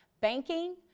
banking